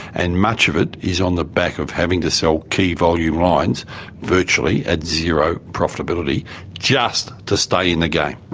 and much of it is on the back of having to sell key volume lines virtually at zero profitability just to stay in the game.